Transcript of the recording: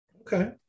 okay